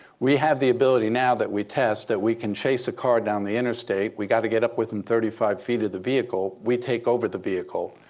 we have the ability now that we test that we can chase a car down the interstate. we've got to get up within thirty five feet of the vehicle. we take over the vehicle.